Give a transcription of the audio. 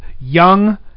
young